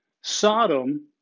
Sodom